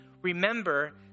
remember